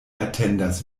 atendas